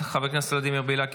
חבר הכנסת ולדימיר בליאק,